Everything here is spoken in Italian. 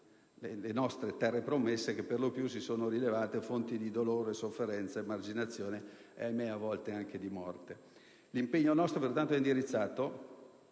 le nostre terre promesse, che per lo più si sono rilevate fonti di dolore, sofferenza emarginazione e, a volte, anche di morte. Il nostro impegno è pertanto indirizzato